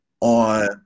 on